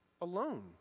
alone